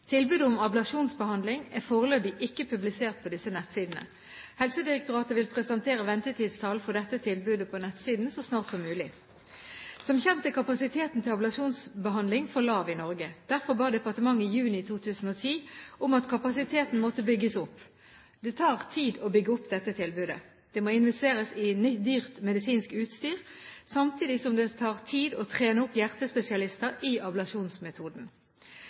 Tilbudet om ablasjonsbehandling er foreløpig ikke publisert på disse nettsidene. Helsedirektoratet vil presentere ventetidstall for dette tilbudet på nettsiden så snart som mulig. Som kjent er kapasiteten for ablasjonsbehandling for lav i Norge. Derfor ba departementet i juni 2010 om at kapasiteten måtte bygges opp. Det tar tid å bygge opp dette tilbudet. Det må investeres i dyrt medisinsk utstyr, samtidig som det tar tid å trene opp hjertespesialister i ablasjonsmetoden.